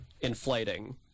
inflating